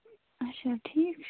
اَچھا ٹھیٖک